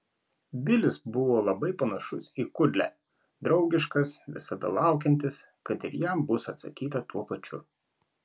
bilis buvo labai panašus į kudlę draugiškas visada laukiantis kad ir jam bus atsakyta tuo pačiu